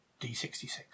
D66